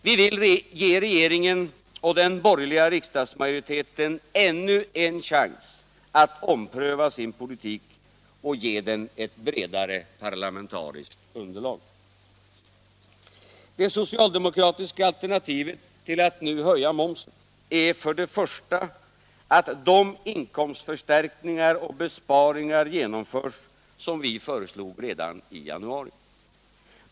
Vi vill ge regeringen och den borgerliga riksdagsmajoriteten ännu en chans att ompröva sin politik och ge den ett bredare parlamentariskt underlag. Det socialdemokratiska alternativet till att nu höja momsen är för det första att de inkomstförstärkningar och besparingar genomförs som vi föreslog redan i januari.